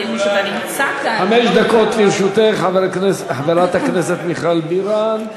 חמש דקות לרשותך, חברת הכנסת מיכל בירן.